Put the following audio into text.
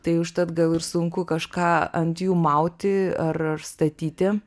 tai užtat gal ir sunku kažką ant jų mauti ar ar statyti